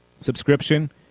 subscription